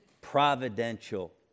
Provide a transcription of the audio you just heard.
providential